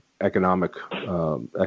economic